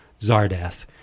Zardath